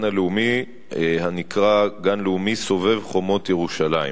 הלאומי הנקרא "גן לאומי סובב חומות ירושלים".